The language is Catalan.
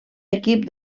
equip